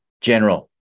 General